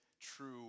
true